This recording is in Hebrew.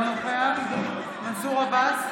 אינו נוכח מנסור עבאס,